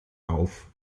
auf